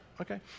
Okay